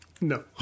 No